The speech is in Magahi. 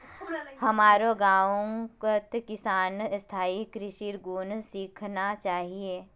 हमारो गांउत किसानक स्थायी कृषिर गुन सीखना चाहिए